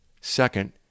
Second